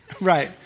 Right